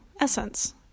essence